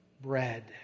bread